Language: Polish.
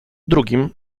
drugim